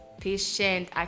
Patient